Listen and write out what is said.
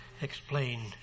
explain